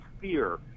fear